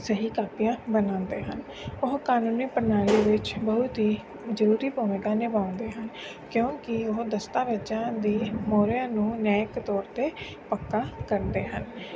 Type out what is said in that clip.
ਸਹੀ ਕਾਪੀਆਂ ਬਣਾਉਂਦੇ ਹਨ ਉਹ ਕਾਨੂੰਨੀ ਪ੍ਰਣਾਲੀ ਵਿੱਚ ਬਹੁਤ ਹੀ ਜ਼ਰੂਰੀ ਭੂਮਿਕਾ ਨਿਭਾਉਂਦੇ ਹਨ ਕਿਉਂਕਿ ਉਹ ਦਸਤਾਵੇਜ਼ਾਂ ਦੀ ਮੋਹਰਿਆਂ ਨੂੰ ਨਿਆਇਕ ਤੌਰ 'ਤੇ ਪੱਕਾ ਕਰਦੇ ਹਨ